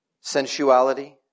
sensuality